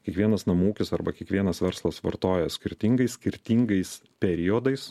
kiekvienas namų ūkis arba kiekvienas verslas vartoja skirtingai skirtingais periodais